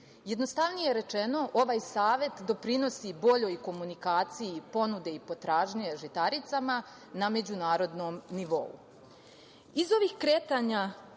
Jednostavnije rečeno, ovaj Savet doprinosi boljoj komunikaciji ponude i potražnje žitaricama na međunarodnom nivou. Iz